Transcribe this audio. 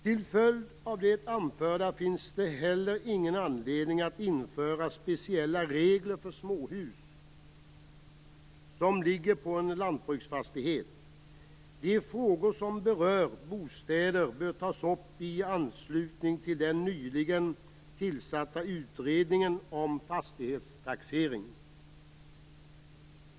Till följd av det anförda finns det heller ingen anledning att införa speciella regler för småhus som ligger på en lantbruksfastighet. De frågor som berör bostäder bör tas upp i anslutning till den nyligen tillsatta utredningen om fastighetstaxering.